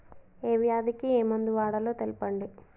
ఏ వ్యాధి కి ఏ మందు వాడాలో తెల్పండి?